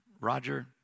Roger